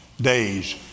day's